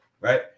right